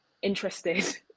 interested